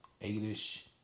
eight-ish